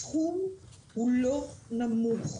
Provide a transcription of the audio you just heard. הסכום הוא לא נמוך,